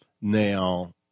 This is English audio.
now